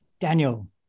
Daniel